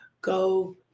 Go